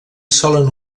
solen